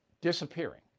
disappearing